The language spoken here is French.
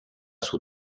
sous